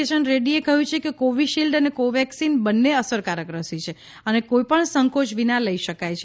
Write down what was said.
કિશન રેડ્ડીએ કહ્યું કે કોવિશિલ્ડ અને કોવેક્સિન બંને અસરકારક રસી છે અને કોઈ પણ સંકોય વિના લઇ શકાય છે